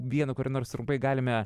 vieno kurio nors trumpai galime